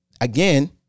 Again